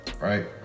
right